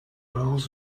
rules